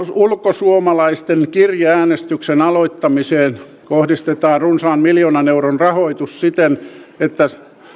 ulkosuomalaisten kirjeäänestyksen aloittamiseen kohdistetaan runsaan miljoonan euron rahoitus siten että